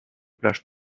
plages